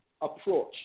approach